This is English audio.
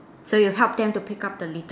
so you help them to pick up the litter